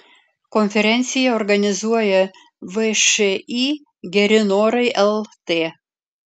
konferenciją organizuoja všį geri norai lt